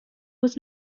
was